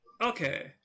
Okay